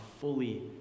fully